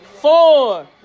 four